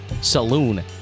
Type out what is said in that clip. Saloon